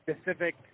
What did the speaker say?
Specific